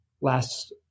last